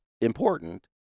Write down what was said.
important